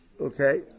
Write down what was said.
Okay